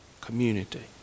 community